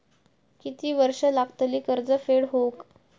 किती वर्षे लागतली कर्ज फेड होऊक?